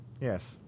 Yes